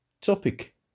Topic